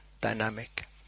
dynamic